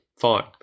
Fine